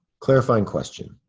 clarifying question.